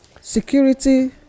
security